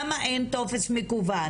למה אין טופס מקוון,